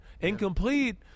Incomplete